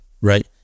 right